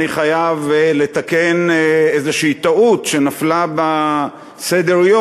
אני חייב לתקן איזו טעות שנפלה בסדר-היום.